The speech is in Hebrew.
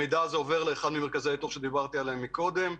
המידע עובר לאחד ממרכזי היתוך המידע שדיברתי עליהם מקודם.